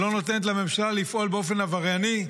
שלא נותנת לממשלה לפעול באופן עברייני,